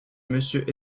monsieur